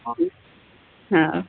ହଁ ହଉ